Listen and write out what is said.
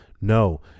no